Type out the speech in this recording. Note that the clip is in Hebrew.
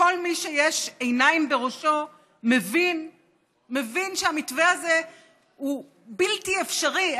שכל מי שיש עיניים בראשו מבין שהמתווה הזה הוא בלתי אפשרי,